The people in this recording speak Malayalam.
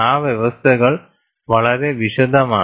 ആ വ്യവസ്ഥകൾ വളരെ വിശദമാണ്